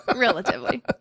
Relatively